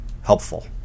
helpful